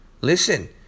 Listen